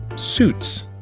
suits,